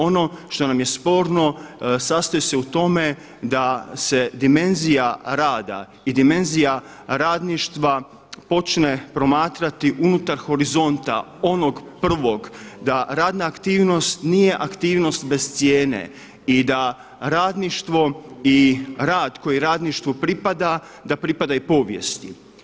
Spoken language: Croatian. Ono što nam je sporno sastoji se u tome da se dimenzija rada i dimenzija radništva počne promatrati unutar horizonta onog prvog, da radna aktivnost nije aktivnost bez cijene i da radništvo i rad koji radništvu pripada da pripada i povijesti.